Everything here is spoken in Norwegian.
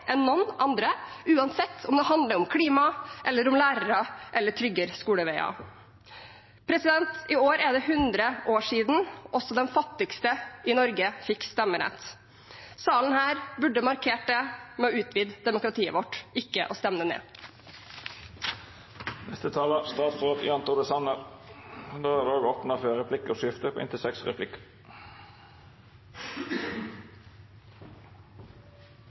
enn noen andre, uansett om det handler om klima, om lærere eller om tryggere skoleveier. I år er det hundre år siden også de fattigste i Norge fikk stemmerett. Salen her burde markert det med å utvide demokratiet vårt, ikke med å stemme det ned. Det er bred politisk enighet om at vi skal legge til rette for